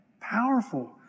Powerful